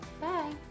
Bye